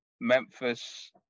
Memphis